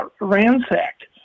ransacked